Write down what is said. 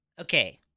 Okay